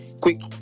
quick